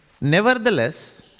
Nevertheless